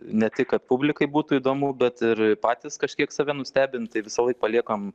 ne tik kad publikai būtų įdomu bet ir patys kažkiek save nustebint tai visąlaik paliekam